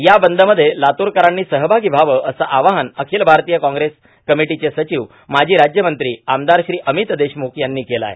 या बंदमध्ये लातूरकरांनी सहभागी व्हावं असं आवाहन अखिल भारतीय काँग्रेस कमिटीचे सचिव माजी राज्यमंत्री आमदार श्री अमित देशमुख यांनी केलं आहे